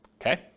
okay